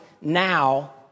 now